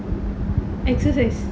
exercise